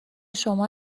شما